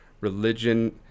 religion